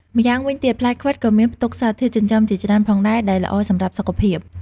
ម្យ៉ាងវិញទៀត ផ្លែខ្វិតក៏មានផ្ទុកសារធាតុចិញ្ចឹមជាច្រើនផងដែរ ដែលល្អសម្រាប់សុខភាព។